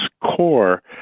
core